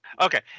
Okay